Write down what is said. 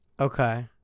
Okay